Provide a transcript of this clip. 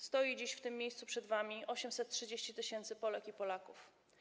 Stoi dziś w tym miejscu, przed wami 830 tys. Polek i Polaków.